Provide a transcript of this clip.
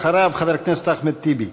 אחריו, חבר הכנסת אחמד טיבי.